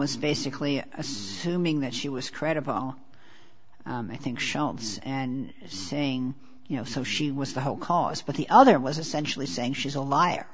was basically assuming that she was credible i think shelves and saying you know so she was the whole cause but the other was essentially saying she's a liar